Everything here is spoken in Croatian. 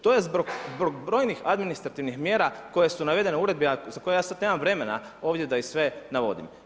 To je zbog brojnih administrativnih mjera koje su navedene u uredbi a za koje ja sada nemam vremena ovdje da ih sve navodim.